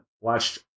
watched